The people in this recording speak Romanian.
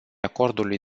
acordului